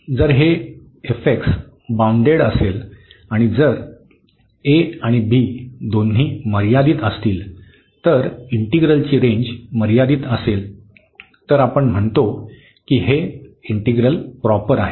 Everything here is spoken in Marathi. जर हे बाउंडेड असेल आणि जर आणि दोन्ही मर्यादित असतील तर इंटिग्रलची रेंज मर्यादित असेल तर आपण म्हणतो की हे इंटिग्रल प्रॉपर आहे